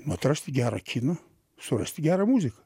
nu atrasti gerą kiną surasti gerą muziką